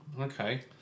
Okay